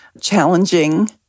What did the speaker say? challenging